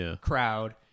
crowd